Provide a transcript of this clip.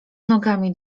nogami